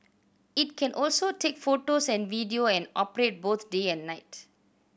it can also take photos and video and operate both day and night